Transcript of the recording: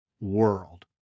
world